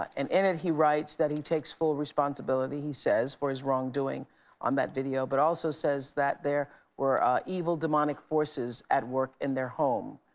and in it, he writes that he takes full responsibility, he says, for his wrongdoing on that video, but also says that there were evil demonic forces at work in their home.